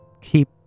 Keep